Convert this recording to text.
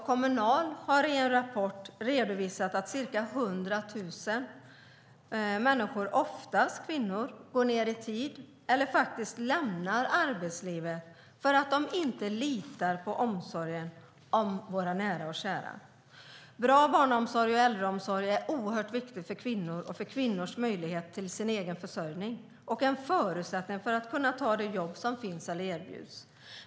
Kommunal har i en rapport redovisat att ca 100 000 människor, oftast kvinnor, går ned i arbetstid eller faktiskt lämnar arbetslivet för att de inte litar på omsorgen om deras nära och kära. Bra barnomsorg och äldreomsorg är oerhört viktigt för kvinnor och för kvinnors möjlighet till egen försörjning. Det är också en förutsättning för att kunna ta de jobb som finns eller erbjuds.